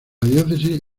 diócesis